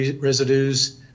residues